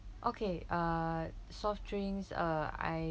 okay uh soft drinks uh I